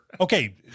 Okay